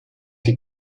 die